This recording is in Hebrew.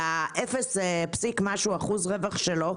על אפס פסיק משהו של הרווח שלו,